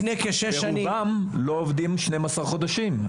רובם לא עובדים שנים עשרה חודשים,